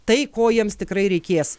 tai ko jiems tikrai reikės